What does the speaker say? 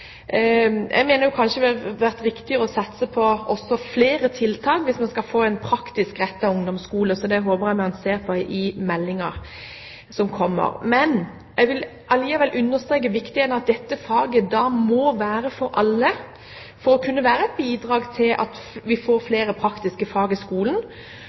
Jeg mener jo det kanskje hadde vært viktigere å satse på også flere tiltak hvis man skal få en praktisk rettet ungdomsskole. Så det håper jeg man ser på i meldingen som kommer. Men jeg vil allikevel understreke viktigheten av at dette faget da må være for alle for å kunne være et bidrag til at vi får flere praktiske fag i skolen,